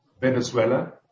Venezuela